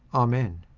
amen.